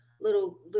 little